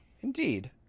indeed